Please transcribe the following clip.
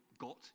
Got